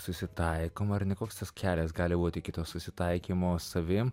susitaikom ar ne koks tas kelias gali būt iki kito susitaikymo savim